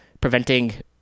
preventing